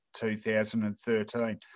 2013